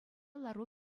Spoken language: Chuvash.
лару